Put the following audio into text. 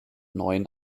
neuen